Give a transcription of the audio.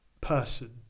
person